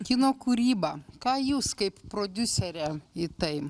kino kūryba ką jūs kaip prodiuserė į tai